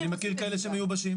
אני מכיר כאלה שמיובשים.